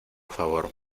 favor